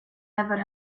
never